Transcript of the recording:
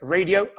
Radio